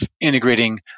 integrating